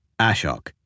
Ashok